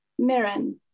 Miren